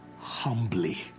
humbly